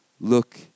look